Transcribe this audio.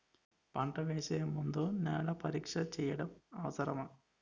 పంట వేసే ముందు నేల పరీక్ష చేయటం అవసరమా?